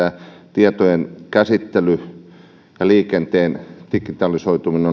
tietojenkäsittely ja liikenteen digitalisoituminen